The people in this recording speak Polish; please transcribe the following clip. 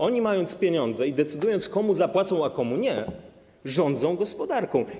Oni, mając pieniądze i decydując, komu zapłacą, a komu nie, rządzą gospodarką.